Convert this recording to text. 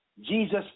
jesus